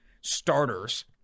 starters